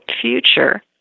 future